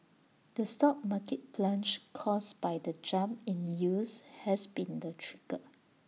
the stock market plunge caused by the jump in yields has been the trigger